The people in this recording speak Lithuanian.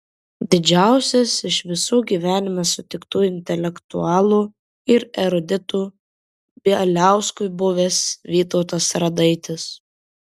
didžiausias iš visų gyvenime sutiktų intelektualų ir eruditų bieliauskui buvęs vytautas radaitis